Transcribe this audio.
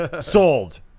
Sold